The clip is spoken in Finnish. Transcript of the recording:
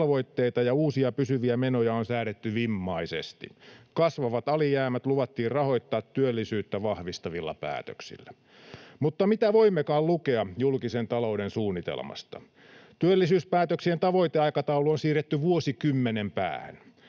velvoitteita ja uusia pysyviä menoja on säädetty vimmaisesti. Kasvavat alijäämät luvattiin rahoittaa työllisyyttä vahvistavilla päätöksillä. Mutta mitä voimmekaan lukea julkisen talouden suunnitelmasta? Työllisyyspäätöksien tavoiteaikataulu on siirretty vuosikymmenen päähän,